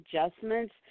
adjustments